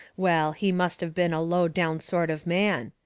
well, he must of been a low down sort of man.